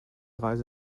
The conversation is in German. reise